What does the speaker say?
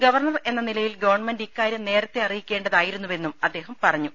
governor എന്ന നിലയിൽ government ഇക്കാര്യം നേരത്തെ അറിയിക്കേണ്ടതായിരുന്നുവെന്നും അദ്ദേഹം പറഞ്ഞു